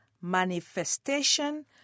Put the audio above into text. manifestation